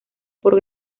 por